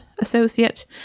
associate